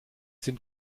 sind